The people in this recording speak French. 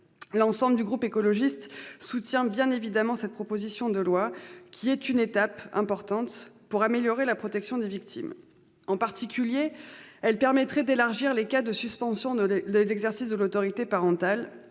L'ensemble du groupe écologiste soutient bien évidemment cette proposition de loi, qui est une étape importante pour améliorer la protection des victimes. En particulier, elle permettrait d'élargir les cas de suspension d'exercice de l'autorité parentale,